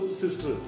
sister